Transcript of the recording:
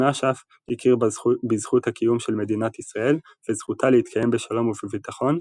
אש"ף הכיר בזכות הקיום של מדינת ישראל וזכותה להתקיים בשלום ובביטחון,